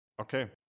Okay